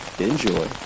enjoy